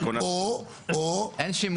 או --- אין שימוע.